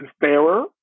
fairer